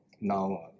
now